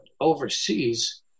overseas